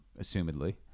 assumedly